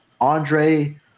andre